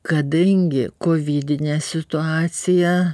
kadangi kovidinė situacija